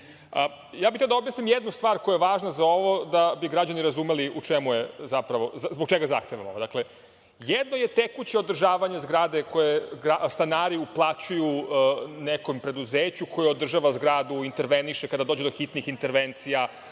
bih hteo da objasnim jednu stvar koja je važna za ovo, da bi građani razumeli zbog čega zahtevam ovo. Dakle, jedno je tekuće održavanje zgrade u kojoj stanari uplaćuju nekom preduzeću koje održava zgradu, interveniše kada dođu do hitnih intervencija,